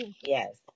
Yes